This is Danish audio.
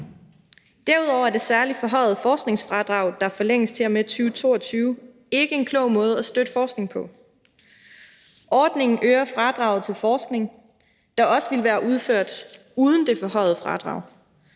Derudover er det særlig forhøjede forskningsfradrag, der forlænges til og med 2022, ikke en klog måde at støtte forskningen på. Ordningen øger fradraget til forskning, der også ville være udført uden det forhøjede fradrag.